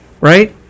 right